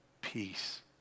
peace